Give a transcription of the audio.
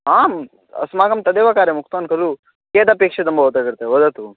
आम् अस्माकं तदेव कार्यम् उक्तवान् खलु कियदपेक्षितं भवतः कृते वदतु